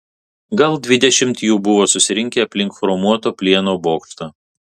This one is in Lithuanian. gal dvidešimt jų buvo susirinkę aplink chromuoto plieno bokštą